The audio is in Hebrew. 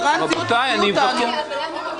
תוציאו את הטרנסיות מהחוק.